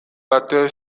batteur